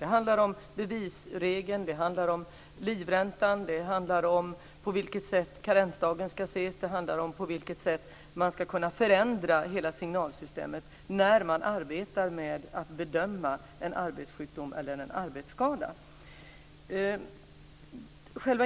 Det handlar om bevisregeln, det handlar om livräntan, det handlar om på vilket sätt karensdagen ska ses och det handlar om på vilket sätt man ska kunna förändra hela signalsystemet när man arbetar med att bedöma en arbetssjukdom eller arbetsskada.